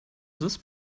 this